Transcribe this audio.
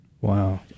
Wow